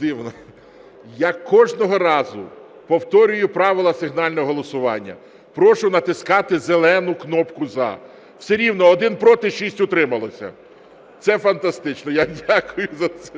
Дивно. Я кожного разу повторюю правила сигнального голосування – прошу натискати зелену кнопку "За". Все рівно 1 – проти, 6 – утрималося. Це фантастично. Я дякую за це.